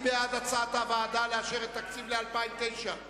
מי בעד אישור התקציב של הנציבות לשוויון?